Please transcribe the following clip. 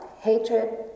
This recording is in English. hatred